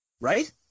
right